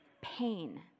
Pain